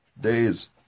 days